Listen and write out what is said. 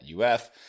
UF